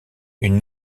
une